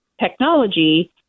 technology